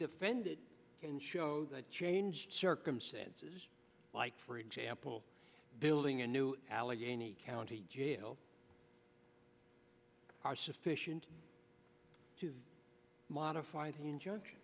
defendant can show that changed circumstances like for example building a new allegheny county jail are sufficient to modify the injunction